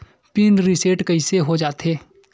Pin reset कइसे हो जाथे?